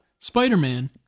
Spider-Man